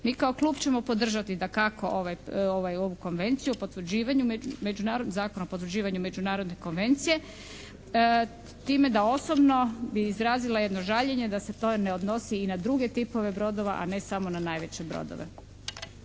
Mi kao klub ćemo podržati dakako ovu Konvenciju o potvrđivanju, Zakon o potvrđivanju Međunarodne konvencije s time da osobno bih izrazila jedno žaljenje da se to ne odnosi i na druge tipove brodova a ne samo na najveće brodove.